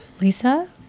Lisa